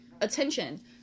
Attention